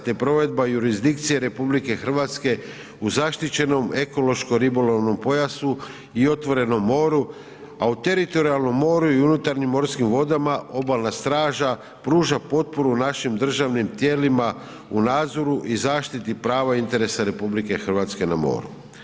te provedba jurisdikcije RH u zaštićenom ekološko-ribolovnom pojasu i otvorenom moru, a u teritorijalnom moru i unutarnjim morskim vodama obalna straža pruža potporu našim državnim tijelima u nadzoru i zaštiti prava i interesa RH na moru.